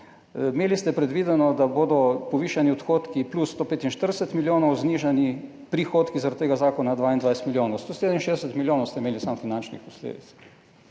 Imeli ste predvideno, da bodo povišani odhodki plus 145 milijonov, znižani prihodki zaradi tega zakona 22 milijonov, 167 milijonov ste imeli samo finančnih posledic.